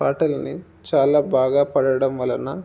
పాటలని చాలా బాగా పాడడం వలన